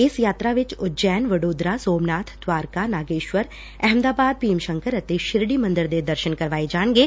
ਇਸ ਯਾਤਰਾ ਵਿੱਚ ਉਜੈਨ ਵਡੋਦਰਾ ਸੋਮਨਾਥ ਦਵਾਰਕਾ ਨਾਗੇਸ਼ਵਰ ਅਹਿਮਦਾਬਾਦ ਭੀਮ ਸ਼ੰਕਰ ਅਤੇ ਸ਼ਿਰਡੀ ਮੰਦਰ ਦੇ ਦਰਸ਼ਨ ਕਰਵਾਏ ਜਾਣਗੇ